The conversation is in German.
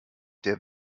der